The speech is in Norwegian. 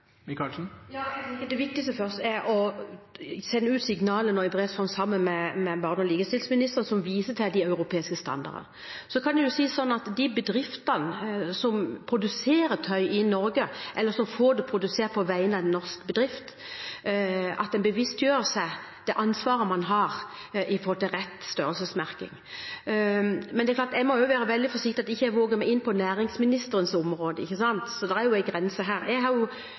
sammen med barne- og likestillingsministeren, som viser til de europeiske standarder. De bedriftene som produserer tøy i Norge, eller som får det produsert på vegne av en norsk bedrift, bør bevisstgjøre seg det ansvaret man har i forhold til rett størrelsesmerking. Men jeg må være veldig forsiktig så jeg ikke våger meg inn på næringsministerens område, det er en grense her. Perspektivet for meg er